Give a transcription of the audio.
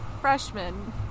Freshman